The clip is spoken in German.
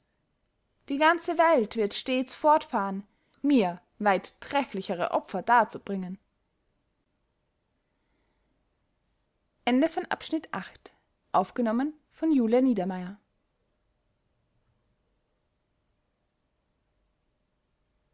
die ganze welt wird stets fortfahren mir weit treflichere opfer darzubringen